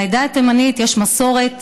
לעדה התימנית יש מסורת